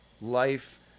life